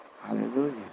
Hallelujah